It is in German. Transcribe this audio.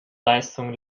leistung